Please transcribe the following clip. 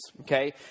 okay